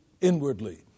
inwardly